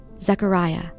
Zechariah